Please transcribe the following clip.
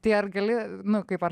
tai ar gali nu kaip ar